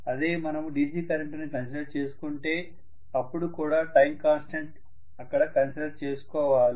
అదే మనము DC current ని కన్సిడర్ చేసుకుంటే అపుడు కూడా టైం కాన్స్టెంట్ ని అక్కడ కన్సిడర్ చేసుకోవాలి